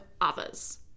others